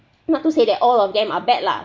not to say that all of them are bad lah